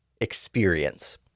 experience